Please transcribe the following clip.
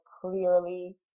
clearly